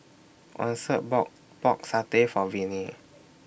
Answer bought Pork Satay For Viney